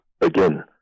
again